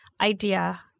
idea